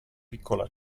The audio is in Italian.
piccola